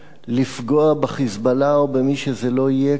לפגוע ב"חיזבאללה" ובמי שזה לא יהיה,